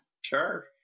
Sure